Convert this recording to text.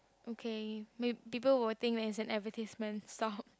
okay may people will think that it's an advertisement stop